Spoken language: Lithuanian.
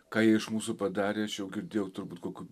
ką jie iš mūsų padarė aš jau girdėjau turbūt kokių